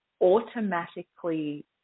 automatically